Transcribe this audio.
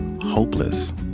hopeless